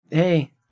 Hey